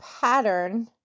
pattern